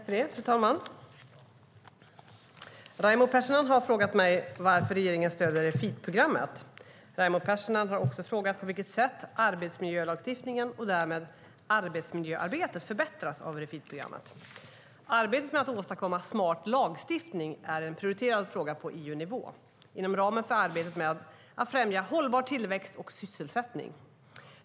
Fru talman! Raimo Pärssinen har frågat mig varför regeringen stöder Refit-programmet. Raimo Pärssinen har också frågat på vilket sätt arbetsmiljölagstiftningen och därmed arbetsmiljöarbetet förbättras av Refit-programmet. Arbetet med att åstadkomma smart lagstiftning är en prioriterad fråga på EU-nivå inom ramen för arbetet med att främja hållbar tillväxt och sysselsättning.